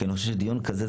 כי אני חושב שדיון כזה,